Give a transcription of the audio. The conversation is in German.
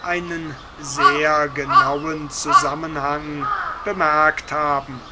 einen sehr genauen zusammenhang bemerkt haben